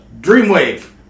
Dreamwave